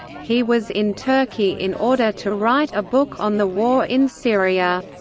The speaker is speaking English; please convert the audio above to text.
he was in turkey in order to write a book on the war in syria.